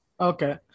Okay